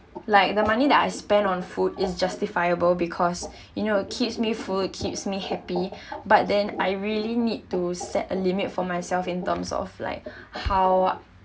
like the money that I spend on food is justifiable because you know keeps me full keeps me happy but then I really need to set a limit for myself in terms of like how